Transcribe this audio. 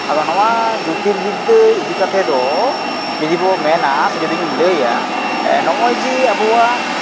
ᱟᱫᱚ ᱱᱚᱣᱟ ᱡᱳᱛᱤᱨᱵᱤᱫᱽᱫᱟᱹ ᱤᱫᱤ ᱠᱟᱛᱮ ᱫᱚ ᱡᱩᱫᱤ ᱵᱚ ᱢᱮᱱᱟ ᱥᱮ ᱡᱩᱫᱤᱧ ᱞᱟᱹᱭᱟᱹ ᱱᱚᱜᱼᱚᱭ ᱡᱮ ᱟᱵᱚᱣᱟᱜ